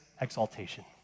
exaltation